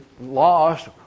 lost